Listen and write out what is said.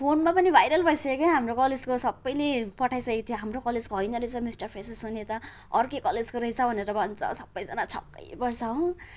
फोनमा पनि भाइरल भइसक्यो क्या हाम्रो कलेजको सबैले पठाइसकेको थियो हाम्रो कलेजको होइन रहेछ मिस्टर फ्रेसेस हुने त अर्कै कलेजको रहेछ भनेर भन्छ हो सबैजना छक्कै पर्छ हो